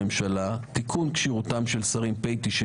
הממשלה (תיקון כשירותם של שרים) (פ/91),